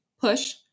push